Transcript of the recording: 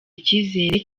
icyizere